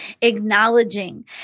acknowledging